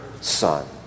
son